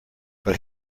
but